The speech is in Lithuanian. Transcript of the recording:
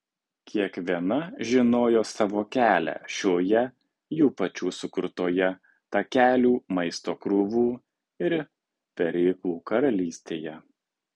kiekviena žinojo savo kelią šioje jų pačių sukurtoje takelių maisto krūvų ir peryklų karalystėje